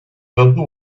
году